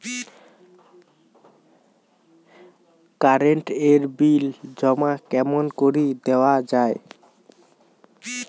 Current এর bill জমা কেমন করি দেওয়া যায়?